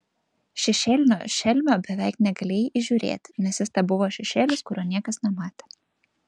šešėlinio šelmio beveik negalėjai įžiūrėti nes jis tebuvo šešėlis kurio niekas nematė